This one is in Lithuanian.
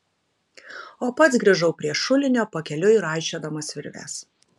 o pats grįžau prie šulinio pakeliui raišiodamas virves